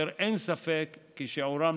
אשר אין ספק כי שיעורה נמוך.